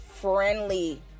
friendly